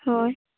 ᱦᱳᱭ